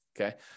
okay